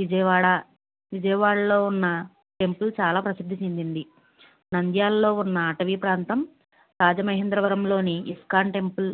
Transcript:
విజయవాడ విజయవాడలో ఉన్న టెంపుల్ చాలా ప్రసిద్ధి చెందింది నంద్యాలలో ఉన్న అటవీ ప్రాంతం రాజమహేంద్రవరంలోని ఇస్కాన్ టెంపుల్